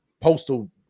postal